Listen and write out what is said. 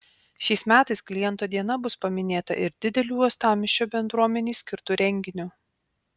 šiais metais kliento diena bus paminėta ir dideliu uostamiesčio bendruomenei skirtu renginiu